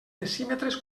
decímetres